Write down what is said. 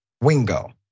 Wingo